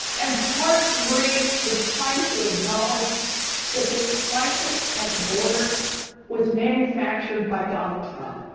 and part three it's time to acknowledge that this crisis at the border was manufactured by donald trump.